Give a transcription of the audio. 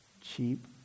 Cheap